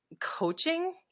coaching